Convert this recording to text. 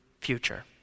future